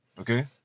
Okay